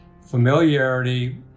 familiarity